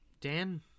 Dan